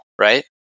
right